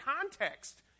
context